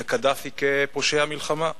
ואת קדאפי, כפושע מלחמה.